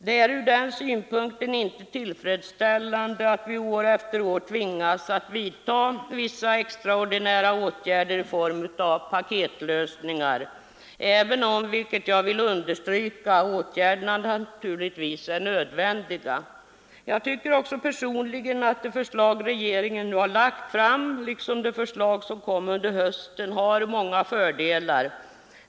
Och från den synpunkten är det inte tillfredsställande att vi år efter år tvingas vidta extraordinära åtgärder i form av paketlösningar, även om — och det vill jag understryka — åtgärderna naturligtvis är nödvändiga. Personligen tycker jag också att de förslag som regeringen nu har lagt fram samt de förslag som lades fram i höstas har många fördelar.